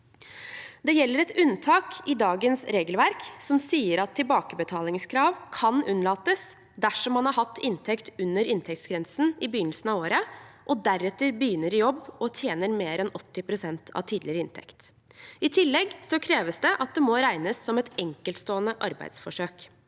Det gjelder et unntak i dagens regelverk som sier at tilbakebetalingskrav kan unnlates dersom man har hatt inntekt under inntektsgrensen i begynnelsen av året og deretter begynner i jobb og tjener mer enn 80 pst. av tidligere inntekt. I tillegg kreves det at det må regnes som et enkeltstående arbeidsforsøk.